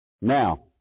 Now